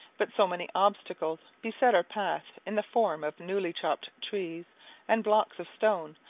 but so many obstacles beset our path in the form of newly chopped trees and blocks of stone,